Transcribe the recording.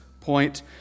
point